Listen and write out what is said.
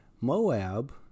Moab